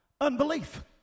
Unbelief